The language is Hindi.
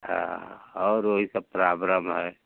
हाँ और वही सब प्राब्लम है